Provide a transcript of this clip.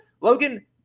Logan